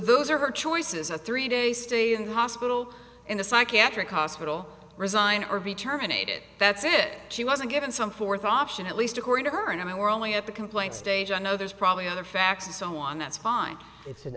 those are her choices a three day stay in the hospital in a psychiatric hospital resign or be terminated that's it she wasn't given some fourth option at least according to her and i we're only at the complaint stage i know there's probably other facts and so on that's fine it's an